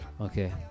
Okay